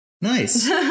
Nice